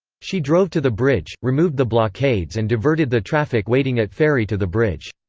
she drove to the bridge, removed the blockades and diverted the traffic waiting at ferry to the bridge.